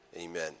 Amen